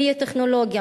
ביו-טכנולוגיה,